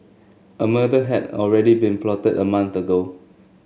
a murder had already been plotted a month ago